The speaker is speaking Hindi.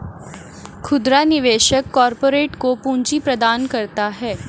खुदरा निवेशक कारपोरेट को पूंजी प्रदान करता है